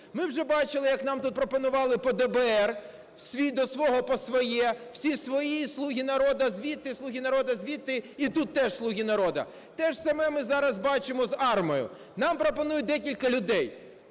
Ми вже бачили, як нам тут пропонували по ДБР: "свій до свого по своє". Всі свої: "слуги народу" звідти, "слуги народу" звідти. І тут теж "слуги народу". Те ж саме ми зараз бачимо з АРМА. Нам пропонують декількох людей: